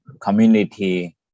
community